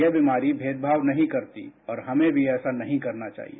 यह बीमारी भेदभाव नहीं करती और हमें भी ऐसा नहीं करना चाहिए